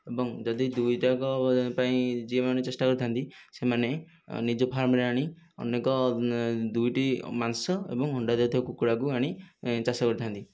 ଏବଂ ଯଦି ଦୁଇଟାକ ପାଇଁ ଯିଏ ମାନେ ଚେଷ୍ଟା କରିଥାନ୍ତି ସେମାନେ ନିଜ ଫାର୍ମରେ ଆଣି ଅନେକ ଦୁଇଟି ମାଂସ ଏବଂ ଅଣ୍ଡା ଦେଉଥିବା କୁକୁଡ଼ାକୁ ଆଣି ଚାଷ କରିଥାନ୍ତି